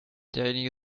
derjenige